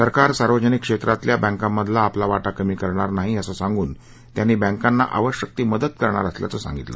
सरकार सार्वजनिक क्षस्तितल्या बँकामधला आपला वाटा कमी करणार नाही असं सांगून त्यांनी बँकाना आवश्यक ती मदत करणार असल्याचं सांगितलं